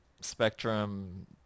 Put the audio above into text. Spectrum